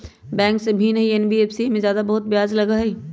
Bank से भिन्न हई एन.बी.एफ.सी इमे ब्याज बहुत ज्यादा लगहई?